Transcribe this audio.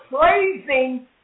praising